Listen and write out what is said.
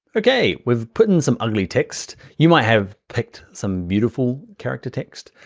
okay, we've put in some ugly text, you might have picked some beautiful character text,